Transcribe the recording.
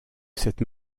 cette